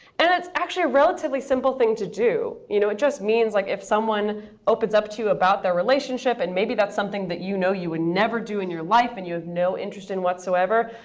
and it's actually a relatively simple thing to do. you know it just means like if someone opens up to you about their relationship, and maybe that's something that you know you would never do in your life and you have no interest in whatsoever,